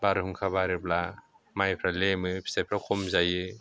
बारहुंखा बारोब्ला माइफ्रा लेमो फिथाइफ्रा खम जायो